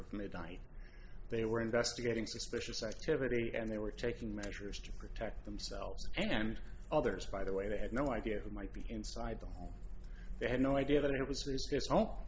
of midnight they were investigating suspicious activity and they were taking measures to protect themselves and others by the way they had no idea who might be inside them they had no idea that it was this all